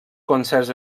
concerts